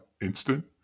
instant